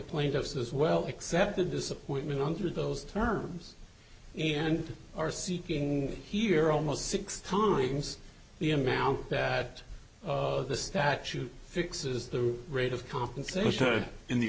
plaintiffs as well except a disappointment to those terms and are seeking here almost six times the amount that the statute fixes the rate of compensation in the